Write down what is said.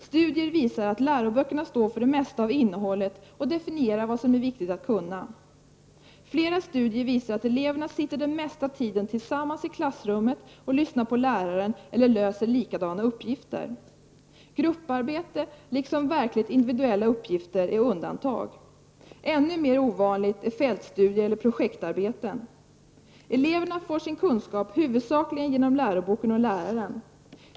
Studier visar att de står för det mesta av innehållet och definierar vad som är viktigt att kunna. Flera studier visar att eleverna sitter den mesta tiden tillsammans i klassrummet och lyssnar på läraren eller löser likadana uppgifter. Grupparbete, liksom verkligt individuella uppgifter, är undantag. Ännu mer ovanliga är fältstudier eller projektarbeten. Eleverna får sin kunskap huvudsakligen genom läroboken och läraren.